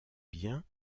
biens